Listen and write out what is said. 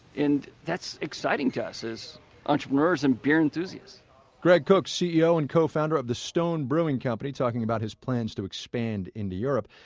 and that's exciting to us, as entrepreneurs and beer enthusiasts greg koch, ceo and co-founder of the stone brewing company, talking about his plans to expand into europe.